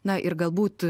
na ir galbūt